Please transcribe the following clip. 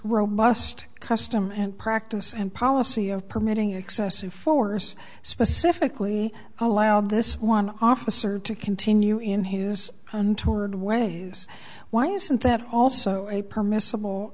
robust custom and practice and policy of permitting excessive force specifically allowed this one officer to continue in who is toward what why isn't that also a permissible